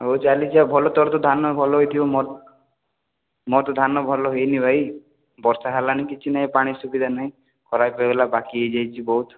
ହଉ ଚାଲିଛି ଆଉ ଭଲ ତୋର ତ ଧାନ ଭଲ ହେଇଥିବ ମୋର ମୋର ତ ଧାନ ଭଲ ହେଇନି ଭାଇ ବର୍ଷା ହେଲାନି କିଛି ନାହିଁ ପାଣି ସୁବିଧା ନାଇଁ ଖରାପ ହେଇଗଲା ବାକି ହେଇ ଯାଇଛି ବହୁତ